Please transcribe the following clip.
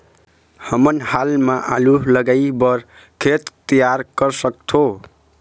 हमन हाल मा आलू लगाइ बर खेत तियार कर सकथों?